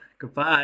Goodbye